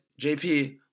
JP